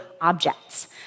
objects